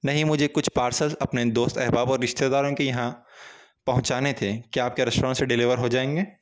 نہیں مجھے کچھ پارسلز اپنے دوست احباب اور رشتہ داروں کے یہاں پہنچانے تھے کیا آپ کے ریسٹورنٹ سے ڈیلیور ہو جائیں گے